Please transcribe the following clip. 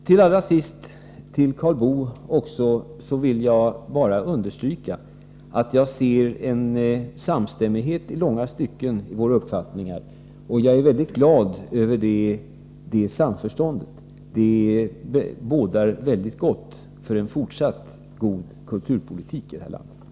Till allra sist vill jag bara understryka att jag ser en samstämmighet i långa stycken mellan Karl Boos uppfattning och min. Jag är väldigt glad över det samförståndet. Det bådar gott för en fortsatt god kulturpolitik här i landet.